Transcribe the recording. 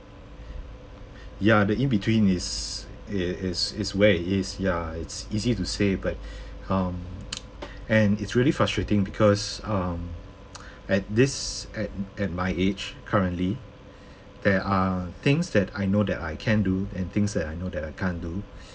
ya the in between is it is it's where it is ya it's easy to say but um and it's really frustrating because um at this at at my age currently there are things that I know that I can do and things that I know I can't do